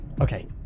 Okay